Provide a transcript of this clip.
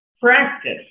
practice